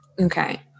Okay